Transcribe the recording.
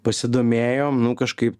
pasidomėjom nu kažkaip